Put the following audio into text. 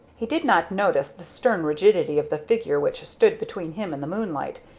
he did not notice the stern rigidity of the figure which stood between him and the moonlight,